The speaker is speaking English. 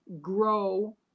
grow